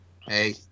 Hey